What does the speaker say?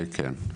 כן.